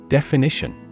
Definition